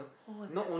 oh that